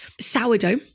sourdough